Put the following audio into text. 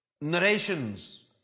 narrations